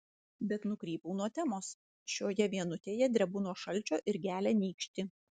bet nukrypau nuo temos šioje vienutėje drebu nuo šalčio ir gelia nykštį